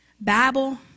babble